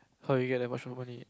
how did you get that much money